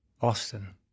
Austin